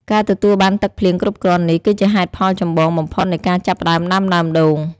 ការទទួលបានទឹកភ្លៀងគ្រប់គ្រាន់នេះគឺជាហេតុផលចម្បងបំផុតនៃការចាប់ផ្ដើមដាំដើមដូង។